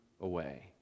away